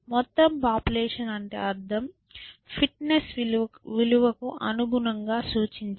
మొత్తం పాపులేషన్ అంటే అర్థం ఫిట్ నెస్ విలువకు అనుగుణంగా సూచించడం